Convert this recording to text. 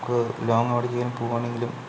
നമുക്ക് ലോങ്ങ് എവിടേക്കെങ്കിലും പോകുകയാണെങ്കിലും